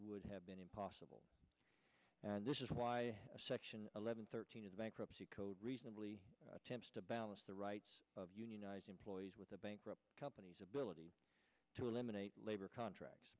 would have been impossible and this is why section eleven thirteen of the bankruptcy code reasonably attempts to balance the rights of unionized employees with the bankrupt companies ability to eliminate labor contracts